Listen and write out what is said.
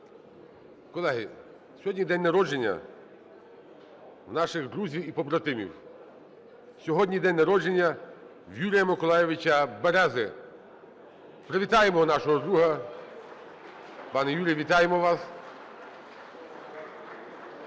Колеги, сьогодні день народження наших друзів і побратимів. Сьогодні день народження Юрія Миколайовича Берези. Привітаємо нашого друга! Пане Юрію, вітаємо вас!